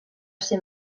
ser